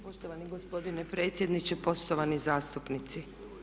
Poštovani gospodine predsjedniče, poštovani zastupnici.